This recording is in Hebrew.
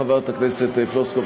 חברת הכנסת פלוסקוב,